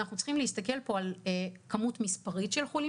אנחנו צריכים להסתכל פה על כמות מספרית של חולים